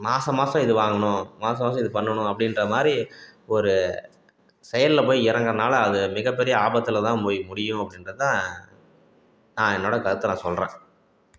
மாதம் மாதம் இது வாங்கணும் மாதம் மாதம் இது பண்ணணும் அப்படின்ற மாதிரி ஒரு செயலில் போய் இறங்கறனால அது மிக பெரிய ஆபத்தில்தான் போய் முடியும் அப்படின்றதான் நான் என்னோடய கருத்தை நான் சொல்கிறேன்